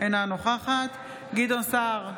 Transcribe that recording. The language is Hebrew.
אינה נוכחת גדעון סער,